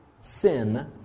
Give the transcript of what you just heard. sin